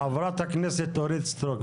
חברת הכנסת אורית סטרוק,